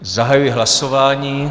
Zahajuji hlasování.